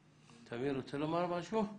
תמיר, רוצה לומר משהו?